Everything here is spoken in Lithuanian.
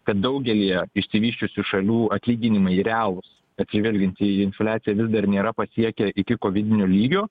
kad daugelyje išsivysčiusių šalių atlyginimai realūs atsižvelgiant į infliaciją vis dar nėra pasiekę iki kovidinio lygio